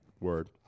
Word